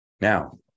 Now